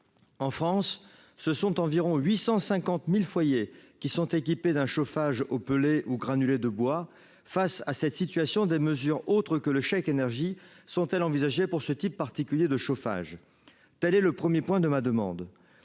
en France, ce sont environ 850000 foyers qui sont équipés d'un chauffage au Pelé ou granulés de bois face à cette situation, des mesures autres que le chèque énergie sont-elles envisagées pour ce type particulier de chauffage, telle est le 1er point de ma demande